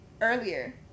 earlier